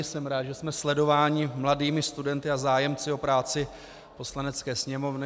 Jsem rád, že jsme sledováni mladými studenti a zájemci o práci Poslanecké sněmovny.